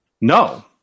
No